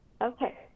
Okay